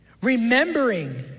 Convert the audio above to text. Remembering